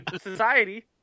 society